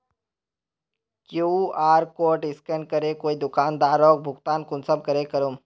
QR code scan करे कोई दुकानदारोक भुगतान कुंसम करे करूम?